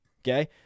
Okay